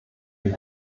die